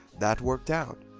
that worked out.